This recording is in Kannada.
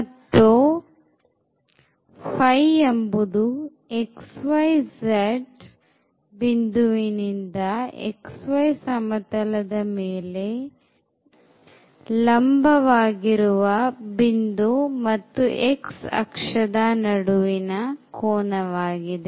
ಮತ್ತು ϕ ಎಂಬುದು xyz ಬಿಂದುವಿನಿಂದ xy ಸಮತಲದ ಮೇಲೆ xyzಗೆ ಲಂಬವಾಗಿರುವ ಬಿಂದು ಮತ್ತು x ಅಕ್ಷದ ನಡುವಿನ ಕೋನವಾಗಿದೆ